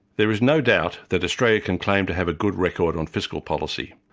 there is no doubt that australian can claim to have a good record on fiscal policy,